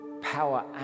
power